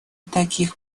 таких